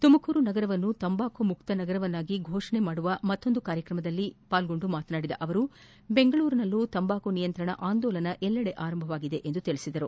ತುಮಕೂರು ನಗರವನ್ನು ತಂಬಾಕು ಮುಕ್ತ ನಗರವನ್ನಾಗಿ ಫೋಷಣೆ ಮಾಡುವ ಮತ್ತೊಂದು ಕಾರ್ಯಕ್ರಮದಲ್ಲಿ ಪಾಲ್ಗೊಂಡು ಮಾತನಾಡಿದ ಅವರು ಬೆಂಗಳೂರಿನಲ್ಲಿಯೂ ತಂಬಾಕು ನಿಯಂತ್ರಣ ಆಂದೋಲನ ಎಲ್ಲೆಡೆ ಪ್ರಾರಂಭವಾಗಿದೆ ಎಂದರು